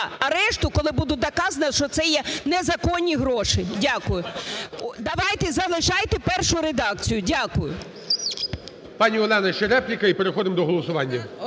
арешту, коли буде доведено, що це є незаконні гроші. Дякую. Давайте залишайте першу редакцію. Дякую. ГОЛОВУЮЧИЙ. Пані Олена, ще репліка і переходимо до голосування.